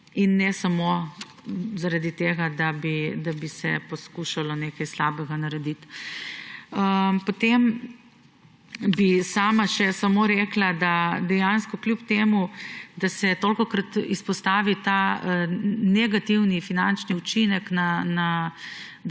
in ne samo zaradi tega, da bi poskušalo nekaj slabega narediti. Potem bi sama še samo rekla, da o kljub temu da se tolikokrat izpostavi ta negativen finančni učinek